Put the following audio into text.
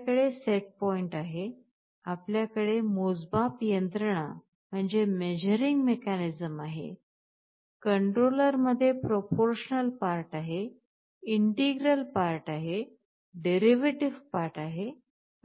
आपल्याकडे set point आहे आपल्याकडे मोजमाप यंत्रणा आहे कंट्रोलरमध्ये प्रोपोरशनल पार्ट आहे ईंटेग्रेल पार्ट आहे डेरिव्हेटिव्ह पार्ट आहे